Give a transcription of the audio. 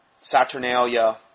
Saturnalia